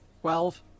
Twelve